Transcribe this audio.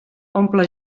omple